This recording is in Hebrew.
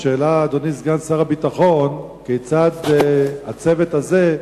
השאלה, אדוני סגן שר הביטחון, היא כיצד הצוות הזה,